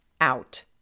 out